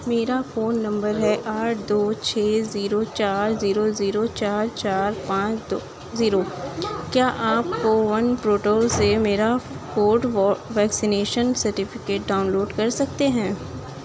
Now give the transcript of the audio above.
میرا phone number ہے آٹھ دو چھ زیرو چار زیرو زیرو چار چار پانچ دو زیرو کیا آپ کوون پورٹل سے میرا Covid vaccination certificate download کر سکتے ہیں